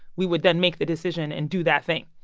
we would then make the decision and do that thing.